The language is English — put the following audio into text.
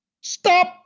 Stop